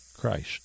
Christ